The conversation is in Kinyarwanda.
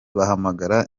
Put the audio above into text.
bahamagara